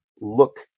look